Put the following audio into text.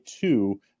two